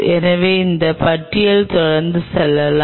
எனவே இந்த பட்டியல் தொடர்ந்து செல்லலாம்